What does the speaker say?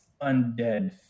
undead